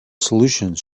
solutions